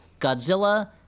Godzilla